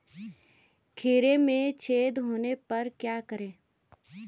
खीरे में छेद होने पर क्या करें?